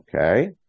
Okay